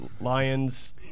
Lions